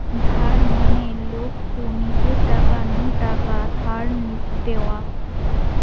ধার মানে লোক কু নিজের টাকা নু টাকা ধার দেওয়া